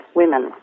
women